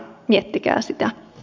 miettikää sitä